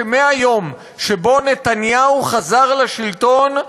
שמהיום שבו נתניהו חזר לשלטון,